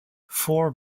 four